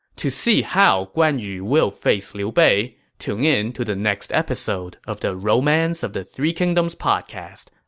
to see how guan yu will face liu bei, tune in to the next episode of the romance of the three kingdoms podcast.